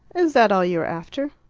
is that all you are after?